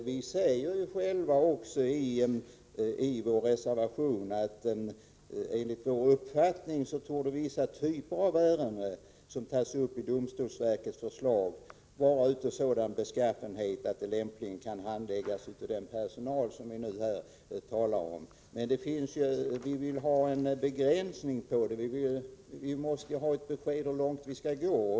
Vi säger också i vår reservation att enligt vår mening ”torde vissa av de typer av ärenden som tas upp i domstolsverkets förslag vara av sådan beskaffenhet att de lämpligen kan handläggas av personal som inte är lagfaren”. Men vi vill ha en begränsning. Vi måste ha ett besked om hur långt vi skall gå.